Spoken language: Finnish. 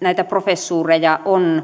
näitä professuureja on